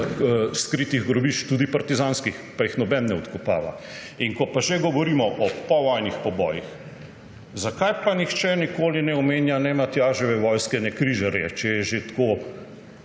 skritih grobišč, tudi partizanskih, pa jih nihče ne odkopava. Ko pa že govorimo o povojnih pobojih, zakaj pa nihče nikoli ne omenja ne Matjaževe vojske ne križarjev, če je že tako